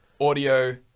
audio